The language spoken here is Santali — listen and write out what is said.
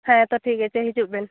ᱦᱮᱸ ᱛᱳ ᱴᱷᱤᱠ ᱟᱪᱷᱮ ᱦᱤᱡᱩᱜ ᱵᱮᱱ